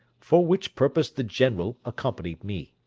for which purpose the general accompanied me.